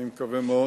אני מקווה מאוד